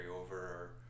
over